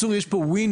אני שואל,